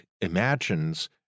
imagines